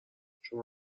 شما